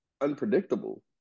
unpredictable